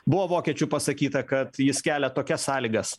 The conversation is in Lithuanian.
buvo vokiečių pasakyta kad jis kelia tokias sąlygas